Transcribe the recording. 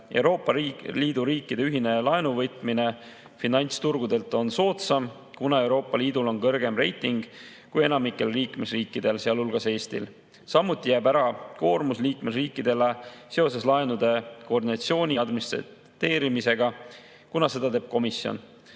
Euroopa Liidu riikide ühine laenuvõtmine finantsturgudelt on soodsam, kuna Euroopa Liidul on kõrgem reiting kui enamikul liikmesriikidel, sealhulgas Eestil. Samuti jääb ära koormus liikmesriikidele seoses laenude koordinatsiooni ja administreerimisega, kuna seda teeb komisjon.